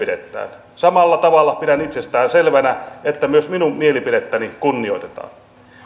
heidän mielipidettään samalla tavalla pidän itsestäänselvänä että myös minun mielipidettäni kunnioitetaan